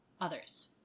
others